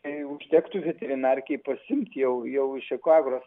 e užtektų veterinarkei pasiimti jau jau iš ekoagros